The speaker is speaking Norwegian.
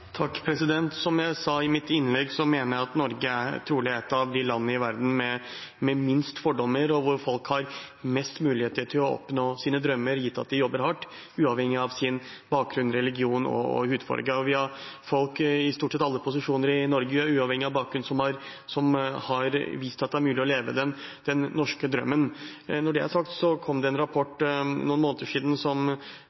et av landene i verden med minst fordommer, og hvor folk har flest muligheter til å oppnå sine drømmer, gitt at de jobber hardt, uavhengig av sin bakgrunn, religion og hudfarge. Vi har folk i stort sett alle posisjoner i Norge som uavhengig av bakgrunn har vist at det er mulig å leve den norske drømmen. Når det er sagt, så kom det for noen måneder siden en